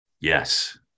Yes